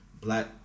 black